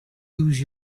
use